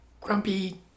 grumpy